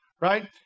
right